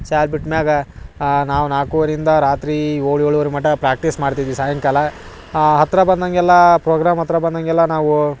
ಶ್ಯಾಲ ಬಿಟ್ಮ್ಯಾಗ ನಾವು ನಾಲ್ಕುವರೆಯಿಂದ ರಾತ್ರಿ ಏಳು ಏಳುವರೆ ಮಟ್ಟ ಪ್ರಾಕ್ಟೀಸ್ ಮಾಡ್ತಿದ್ವಿ ಸಾಯಂಕಾಲ ಹತ್ತಿರ ಬಂದಂಗೆಲ್ಲಾ ಪ್ರೋಗ್ರಾಮ್ ಹತ್ರ ಬಂದಂಗೆಲ್ಲ ನಾವು